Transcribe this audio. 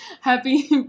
Happy